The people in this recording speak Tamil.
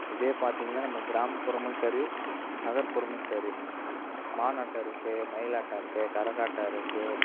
இதே பார்த்தீங்கன்னா நம்ம கிராமப்புறமும் சரி நகர்ப்புறமும் சரி மானாட்டம் இருக்குது மயிலாட்டம் இருக்குது கரகாட்டம் இருக்குது